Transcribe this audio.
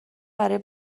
برای